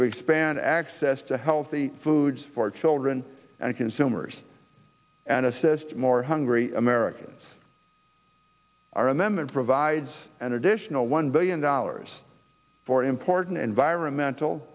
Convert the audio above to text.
expand access to healthy foods for children and consumers and assist more hungry americans are in them and provides an additional one billion dollars for important environmental